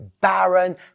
barren